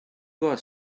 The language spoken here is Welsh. ffrainc